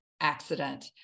accident